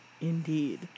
indeed